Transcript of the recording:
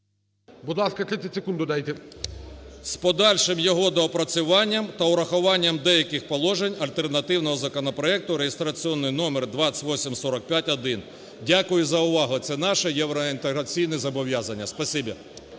Будь ласка, 30 секунд додайте. БАКУМЕНКО О.Б. … з подальшим його доопрацювання та урахуванням деяких положень альтернативного законопроекту (реєстраційний номер 2845-1). Дякую за увагу. Це наше євроінтеграційне зобов'язання.